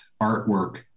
artwork